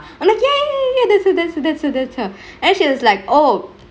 I'm like ya ya ya that's her that's her that's her that's her and then she was like oh